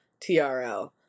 TRL